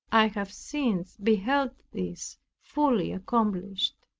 i have since beheld this fully accomplished.